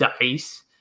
dice